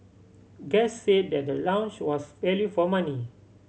guests say that the lounge was value for money